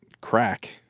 crack